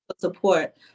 support